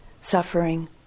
suffering